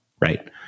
Right